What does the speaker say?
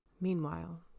Meanwhile